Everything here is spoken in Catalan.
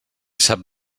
sap